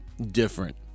different